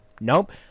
Nope